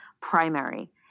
primary